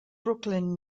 brooklyn